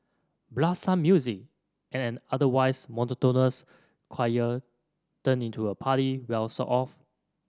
blast some music and an otherwise monotonous chore turn into a party well sort of